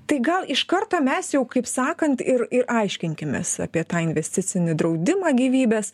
tai gal iš karto mes jau kaip sakant ir ir aiškinkimės apie tą investicinį draudimą gyvybės